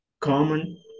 common